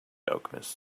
alchemist